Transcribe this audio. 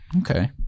okay